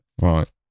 Right